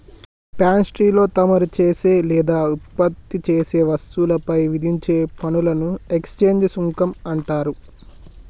పాన్ట్రీలో తమరు చేసే లేదా ఉత్పత్తి చేసే వస్తువులపై విధించే పనులను ఎక్స్చేంజ్ సుంకం అంటారు